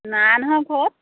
নাই নহয় ঘৰত